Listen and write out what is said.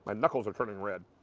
and knuckles are turning. red